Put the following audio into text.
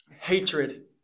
hatred